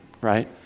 right